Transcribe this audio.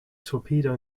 torpedo